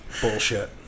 bullshit